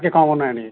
তাতকৈ কমাব নোৱাৰে নেকি